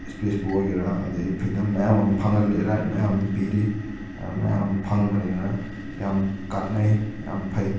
ꯏꯁꯄꯤꯁꯄꯨ ꯑꯣꯏꯒꯦꯔꯥ ꯑꯗꯒꯤ ꯐ꯭ꯔꯤꯗꯝ ꯃꯌꯥꯝ ꯑꯃ ꯐꯪꯍꯜꯂꯤ ꯔꯥꯏꯠ ꯃꯌꯥꯝ ꯑꯃ ꯄꯤꯔꯤ ꯃꯌꯥꯝ ꯑꯃ ꯐꯪꯕꯅꯤꯅ ꯌꯥꯝ ꯀꯥꯟꯅꯩ ꯌꯥꯝ ꯐꯩ